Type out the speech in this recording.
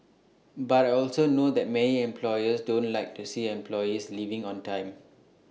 but I also know that many employers don't like to see employees leaving on time